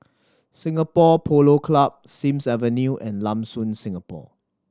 Singapore Polo Club Sims Avenue and Lam Soon Singapore